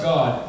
God